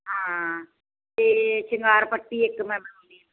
ਹਾਂ ਅਤੇ ਸ਼ਿੰਗਾਰ ਪੱਟੀ ਇੱਕ ਮੈਂ ਬਣਵਾਉਣੀ ਆਂ